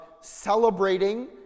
celebrating